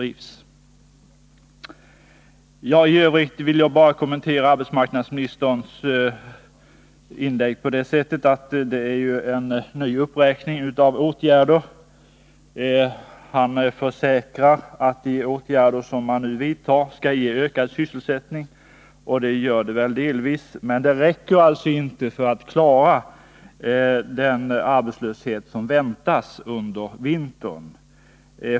IT övrigt vill jag bara framhålla att arbetsmarknadsministerns inlägg är en ny uppräkning av åtgärder. Han försäkrar att de åtgärder som han nu vidtar skall ge ökad sysselsättning, och det gör de väl delvis, men det räcker alltså inte för att klara den arbetslöshet som väntas till vintern.